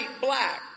black